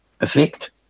effect